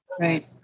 Right